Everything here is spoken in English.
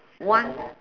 one